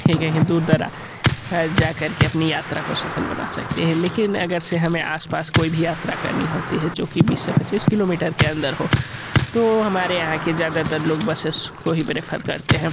ठीक है हिंदू दरा ज जा करके अपनी यात्रा को सफल बना सकते हैं लेकिन अगर से हमें आसपास कोई भी यात्रा करनी होती है जो कि बीस से पच्चीस किलोमीटर के अंदर हो तो हमारे यहाँ के ज़्यादातर लोग बसेस को ही प्रेफ़र करते हैं